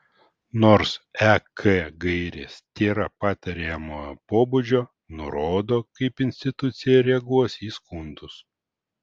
nors ek gairės tėra patariamojo pobūdžio nurodo kaip institucija reaguos į skundus